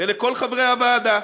ולכל חברי הוועדה.